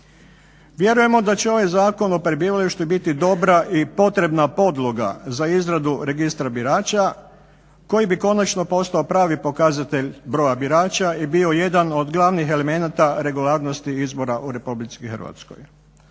Vjerujemo da će ovaj Zakon o prebivalištu biti dobra i potrebna podloga za izradu Registra birača koji bi konačno postao pravi pokazatelj broja birača i bio jedan od glavnih elemenata regularnosti izbora u RH. Klub HSU